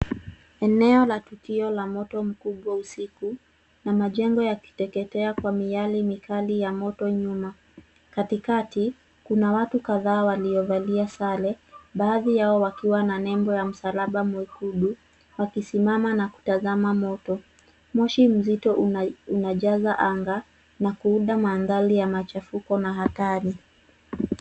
Eneo la tukio la moto mkubwa usiku, na majengo yakiteketea kwa miale mikali ya moto nyuma. Katikati kuna watu kadhaa waliovalia sare baadhi yao wakiwa na nembo ya msalaba mwekundu, wakisimama na kutazama moto. Moshi mzito unajaza anga na kuunda mandhari ya machafuko na hatari.